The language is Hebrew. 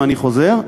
אני חוזר,